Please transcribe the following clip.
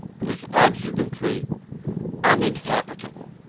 but is absolutely uninhabitable.